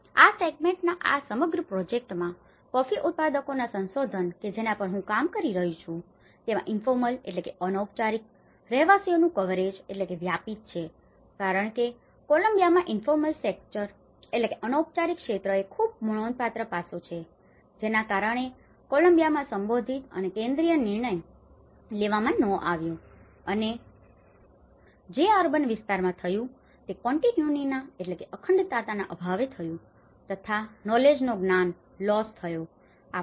આ સેગમેન્ટના આ સમગ્ર પ્રોજેક્ટમાં કોફી ઉત્પાદકોના સંગઠનો કે જેના પર હું કામ કરી રહ્યો છું તેમાં ઇન્ફોર્મલ informal અનૌપચારિક રહેવાસીઓનું કવરેજ coverage વ્યાપિત છે કારણ કે કોલમ્બિયામાં ઇન્ફોર્મલ સેક્ટર informal sector અનૌપચારિક ક્ષેત્ર એ એક ખૂબ નોંધપાત્ર પાસું છે જેના કારણે કોલમ્બિયામાં સંબોધિત અને કેન્દ્રીય નિર્ણય લેવામાં ન આવ્યો અને જે અર્બન urban શહેરી વિસ્તારોમાં થયું તે કોન્ટિન્યુટીના continuity અખંડતા અભાવે થયું તથા નોલેજનો knowledge જ્ઞાન લોસ loss નુકસાન થયો